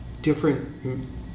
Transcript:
different